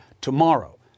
tomorrow